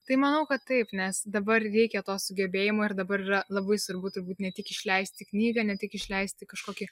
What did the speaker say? tai manau kad taip nes dabar reikia to sugebėjimo ir dabar yra labai svarbu turbūt ne tik išleisti knygą ne tik išleisti kažkokį